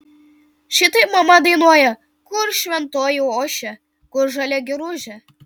šitaip mama dainuoja kur šventoji ošia kur žalia giružė